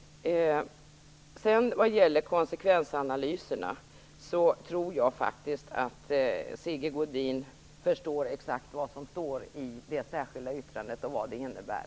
När det sedan gäller konsekvensanalyserna tror jag faktiskt att Sigge Godin förstår exakt vad som står i det särskilda yttrandet och vad det innebär.